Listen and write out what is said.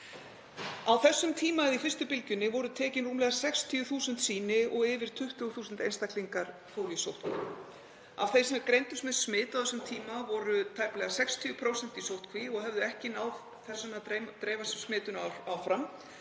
Á þessum tíma eða í fyrstu bylgjunni voru tekin rúmlega 60.000 sýni og yfir 20.000 einstaklingar fóru í sóttkví. Af þeim sem greindust með smit á þessum tíma voru tæplega 60% í sóttkví og höfðu því ekki náð að dreifa smitinu áfram,